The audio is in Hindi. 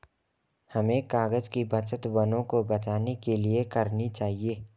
हमें कागज़ की बचत वनों को बचाने के लिए करनी चाहिए